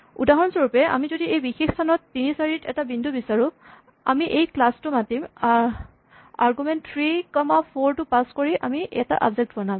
উদাহৰণস্বৰূপে আমি যদি এই বিশেষ স্হান ৩ ৪ ত এটা বিন্দু বিচাৰো আমি এই ক্লাচ টো মাতিম আৰগুমেন্ট থ্ৰী কমা ফৰ টো পাচ কৰি আমি এটা অবজেক্ট বনাম